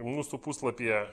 mūsų puslapyje